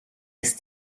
est